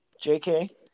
JK